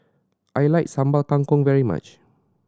I like Sambal Kangkong very much